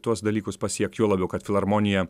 tuos dalykus pasiekt juo labiau kad filharmonija